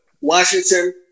Washington